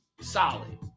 solid